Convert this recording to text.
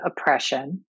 oppression